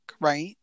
right